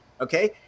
okay